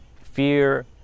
fear